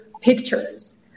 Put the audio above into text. pictures